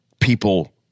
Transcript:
people